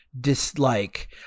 dislike